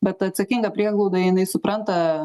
bet atsakinga prieglauda jinai supranta